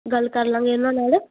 ਗੱਲ ਕਰ ਲਵਾਂਗੇ ਇਹਨਾਂ ਨਾਲ